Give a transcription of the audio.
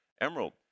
emerald